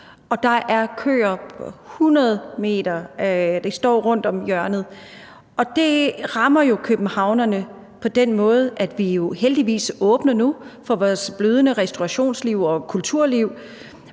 er en kø på 100 m. Folk står rundt om hjørnet. Det rammer jo københavnerne. Vi åbner heldigvis nu for vores blødende restaurationsliv og kulturliv,